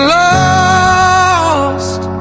lost